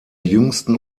jüngsten